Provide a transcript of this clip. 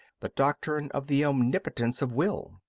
the doctrine of the omnipotence of will.